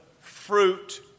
fruit